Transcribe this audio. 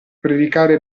predicare